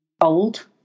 old